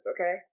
okay